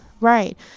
Right